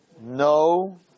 no